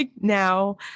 now